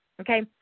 okay